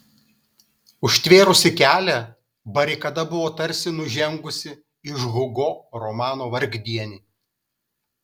užtvėrusi kelią barikada buvo tarsi nužengusi iš hugo romano vargdieniai